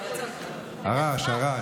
הרעש, הרעש.